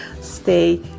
stay